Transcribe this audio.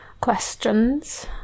questions